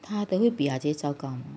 她的会比阿姐糟糕吗